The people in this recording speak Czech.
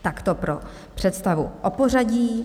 Takto pro představu o pořadí.